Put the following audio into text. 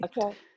Okay